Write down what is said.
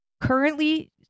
currently